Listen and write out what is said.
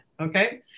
Okay